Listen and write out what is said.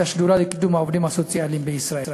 השדולה לקידום העובדים הסוציאליים בישראל.